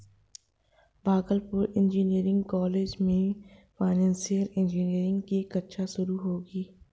Bhagalpur engineering college में financial engineering की कक्षा शुरू होगी